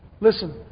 Listen